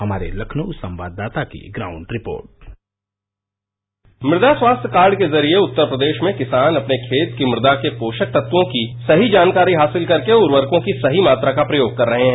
हमारे लखनऊ संवाददाता की ग्राउंड रिपोर्ट मृदा स्वास्थ्य कार्ड के जरिये उत्तर प्रदेश में किसान अपने खेत की मृदा के पोषक तत्वों की सही जानकारी हासिल करके उर्वरकों की सही मात्रा का प्रयोग कर रहे हैं